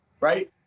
right